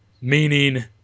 Meaning